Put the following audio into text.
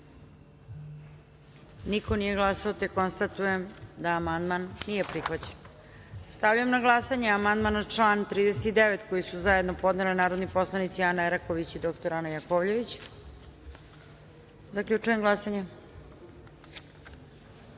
niko nije glasao. Konstatujem da amandman nije prihvaćen. Stavljam na glasanje amandman na član 61. koji su zajedno podneli narodni poslanici Ana Eraković i Ana Jakovljević. Zaključujem glasanje: